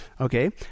okay